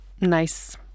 nice